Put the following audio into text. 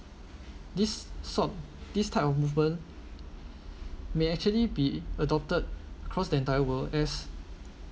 this sort this type of movement may actually be adopted across the entire world as